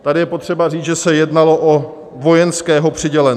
Tady je potřeba říct, že se jednalo o vojenského přidělence.